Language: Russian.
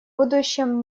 будущем